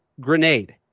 Grenade